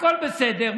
הכול בסדר.